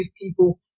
people